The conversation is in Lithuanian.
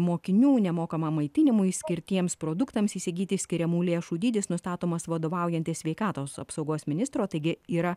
mokinių nemokamam maitinimui skirtiems produktams įsigyti skiriamų lėšų dydis nustatomas vadovaujantis sveikatos apsaugos ministro taigi yra